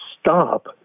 stop